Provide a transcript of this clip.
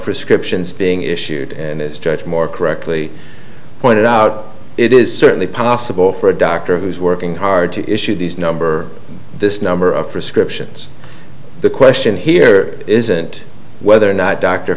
prescriptions being issued and is judged more correctly pointed out it is certainly possible for a doctor who is working hard to issue these number this number of prescriptions the question here isn't whether or not d